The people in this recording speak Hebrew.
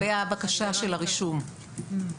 לגבי הבקשה של הרישום,